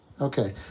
Okay